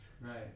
right